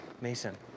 Mason